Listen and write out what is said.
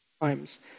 times